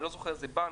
אני לא זוכר איזה בנק,